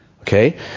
Okay